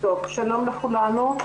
שלום לכולנו.